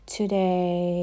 Today